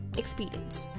experience